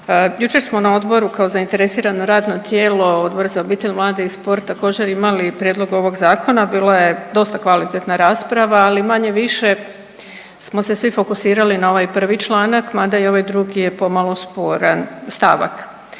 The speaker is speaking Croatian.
jučer smo na odboru kao zainteresirano radno tijelo Odbor za obitelj, mlade i spor također imali prijedlog ovog zakona. Bila je dosta kvalitetna rasprava, ali manje-više smo se svi fokusirali na ovaj prvi članak mada i ovaj drugi je pomalo sporan stavak.